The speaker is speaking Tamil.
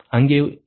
அங்கே இரு